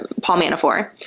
paul manafort.